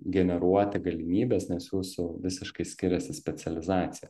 generuoti galimybes nes jūsų visiškai skiriasi specializacija